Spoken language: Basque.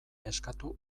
eskatu